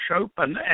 Open